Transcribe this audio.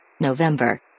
November